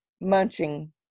munching